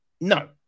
No